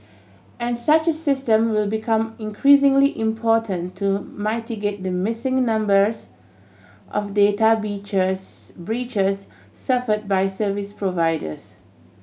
and such system will become increasingly important to mitigate the missing numbers of data breaches suffered by service providers